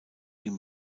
ihm